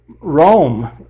Rome